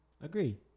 Agree